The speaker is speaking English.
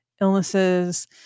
illnesses